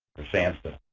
or samhsa.